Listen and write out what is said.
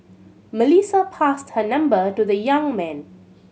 Melissa passed her number to the young man